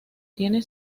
tiene